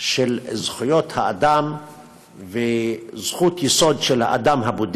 של זכויות האדם וזכות יסוד של האדם היחיד